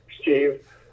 Steve